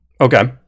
Okay